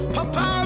Papa